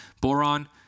boron